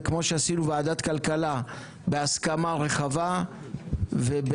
וכמו שעשינו ועדת כלכלה בהסכמה רחבה ובקונצנזוס,